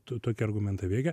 tu tokie argumentai veikia